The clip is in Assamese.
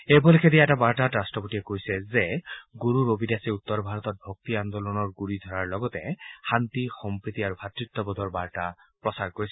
এই উপলক্ষে দিয়া এটা বাৰ্তাত ৰাট্টপতিয়ে কৈছে যে গুৰু ৰবিদাসে উত্তৰ ভাৰতত ভক্তি আন্দোলনৰ গুৰু ধৰাৰ লগতে শান্তি সম্প্ৰীতি আৰু ভাত্তববোধৰ বাৰ্তা প্ৰচাৰ কৰিছিল